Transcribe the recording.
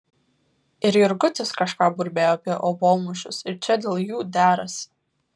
ir jurgutis kažką burbėjo apie obuolmušius ir čia dėl jų derasi